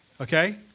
Okay